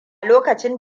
lokacin